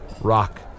Rock